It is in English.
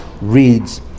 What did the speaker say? reads